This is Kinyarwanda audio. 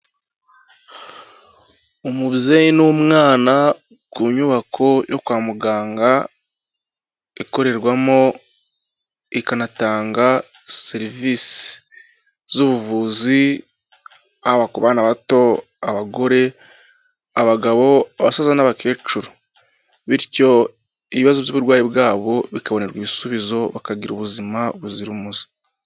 Umubyeyi n'umwana ku nyubako yo kwa muganga, ikorerwamo ikanatanga serivisi z'ubuvuzi, haba ku bana bato, abagore, abagabo, abasaza n'abakecuru bityo ibibazo by'uburwayi bwabo bikabonerwa ibisubizo bakagira ubuzima buzira umuze.